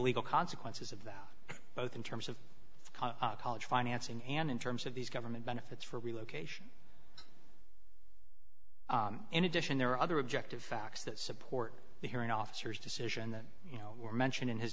legal consequences of that both in terms of college financing and in terms of these government benefits for relocation in addition there are other objective facts that support the hearing officers decision that you know were mentioned in his